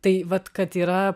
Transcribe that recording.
tai vat kad yra